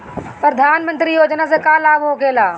प्रधानमंत्री योजना से का लाभ होखेला?